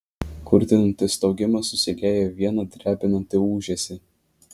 kurtinantis staugimas susilieja į vieną drebinantį ūžesį